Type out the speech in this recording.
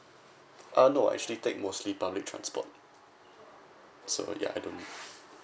uh no actually take mostly public transport so ya I don't